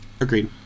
Agreed